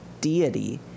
Deity